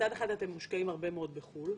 מצד אחד אתם מושקעים הרבה מאוד בחו"ל,